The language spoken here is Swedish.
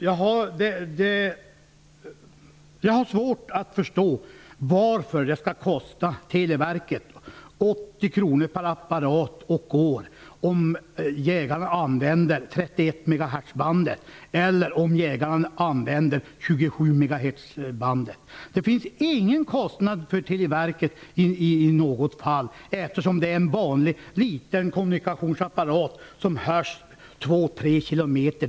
Fru talman! Jag har svårt att förstå varför det skall behöva kosta Televerket 80 kr per apparat och år, om jägarna använder 31 MHz-bandet i stället för 27 MHz-bandet. Det finns ingen kostnad i något fall. Det är ju bara en vanlig liten kommunikationsapparat som hörs två tre kilometer.